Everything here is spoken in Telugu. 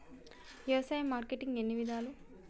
వ్యవసాయ మార్కెటింగ్ ఎన్ని విధాలు?